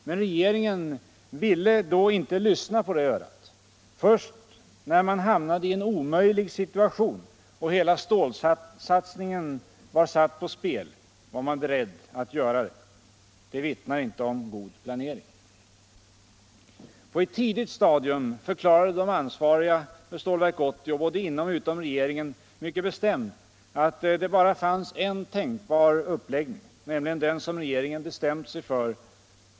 Och regeringen ville då inte lyssna på det örat. Först när man hamnade i en omöjlig situation och hela stålsatsningen var satt på spel var man beredd att göra det. Detta vittnar inte om god planering. På ett tidigt stadium förklarade de ansvariga för Stålverk 80, både inom och utom regeringen, mycket bestämt att det bara fanns en tänkbar uppläggning, nämligen den som regeringen bestämt sig för.